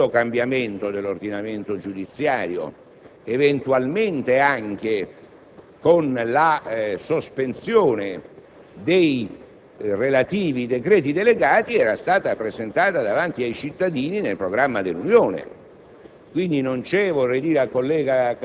la necessità di un profondo cambiamento dell'ordinamento giudiziario, eventualmente anche con la sospensione dei relativi decreti delegati, era stata presentata davanti ai cittadini nel programma dell'Unione.